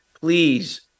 please